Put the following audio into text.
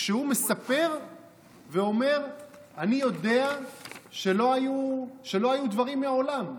כשהוא מספר ואומר: אני יודע שלא היו דברים מעולם.